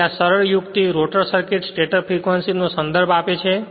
તેથી આ સરળ યુક્તિ રોટર સર્કિટ સ્ટેટર ફ્રેક્વંસી નો સંદર્ભ આપે છે